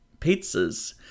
pizzas